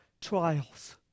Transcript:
trials